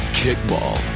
kickball